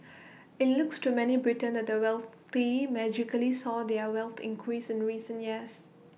IT looks to many Britons that the wealthy magically saw their wealth increase in recent years